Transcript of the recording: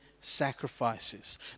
sacrifices